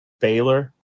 Baylor